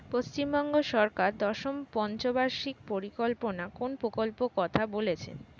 পশ্চিমবঙ্গ সরকার দশম পঞ্চ বার্ষিক পরিকল্পনা কোন প্রকল্প কথা বলেছেন?